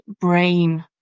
brain